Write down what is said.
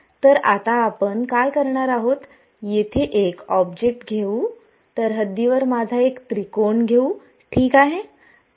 तर आता आपण काय करणार आहोत येथे एक ऑब्जेक्ट घेऊ तर हद्दीवर माझा एक त्रिकोण घेऊ ठीक आहे